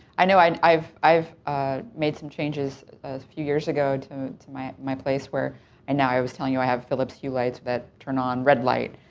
i know and i've i've ah made some changes a few years ago to to my my place, where and now, i was telling you, i have philips hue lights that turn on red light.